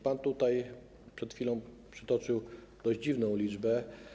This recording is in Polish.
Pan tutaj przed chwilą przytoczył dość dziwną liczbę.